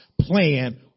plan